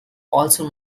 also